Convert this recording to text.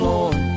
Lord